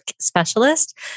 specialist